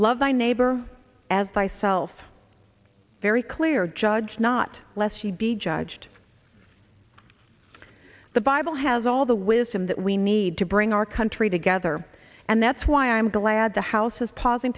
love thy neighbor as myself very clear judge not lest ye be judged the bible has all the wisdom that we need to bring our country together and that's why i'm glad the house is pausing